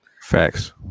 Facts